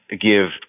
give